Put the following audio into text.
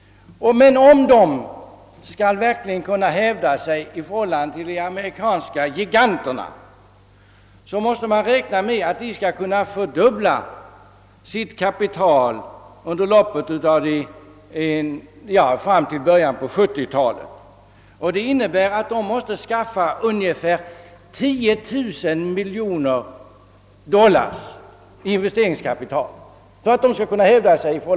Men om de verkligen skall kunna hävda sig i förhållande till de amerikanska giganterna måste de fördubbla sitt kapital fram till början av 1970-talet. Det innebär att de måste skaffa ungefär 10 000 miljoner dollar i investeringskapital.